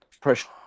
pressure